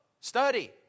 study